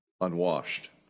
unwashed